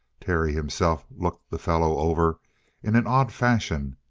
terry himself looked the fellow over in an odd fashion,